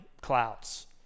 clouds